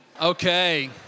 Okay